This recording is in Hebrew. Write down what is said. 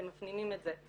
אתם מפנימים את זה,